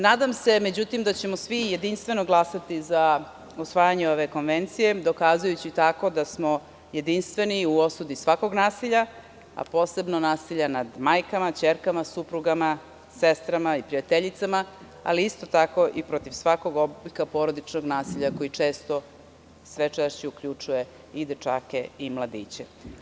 Nadam se međutim da ćemo svi jedinstveno glasati za usvajanje ove konvencije dokazujući tako da smo jedinstveni u osudi svakog nasilja, a posebno nasilja nad majkama, ćerkama, suprugama, sestrama i prijateljicama, ali isto tako i protiv svakog oblika porodičnog nasilja koji sve češće uključuje i dečake i mladiće.